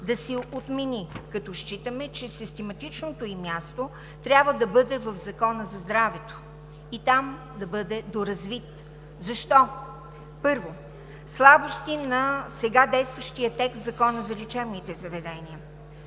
да се отмени, като считаме, че систематичното ѝ място трябва да бъде в Закона за здравето и там да бъде доразвит. Защо? Първо, слабости на сега действащия текст в Закона за лечебните заведения.